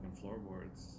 floorboards